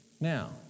now